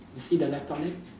you see the laptop leh